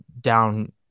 down